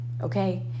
okay